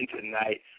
tonight